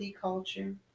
culture